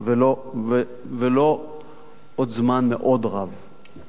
ולא בעוד זמן רב מאוד.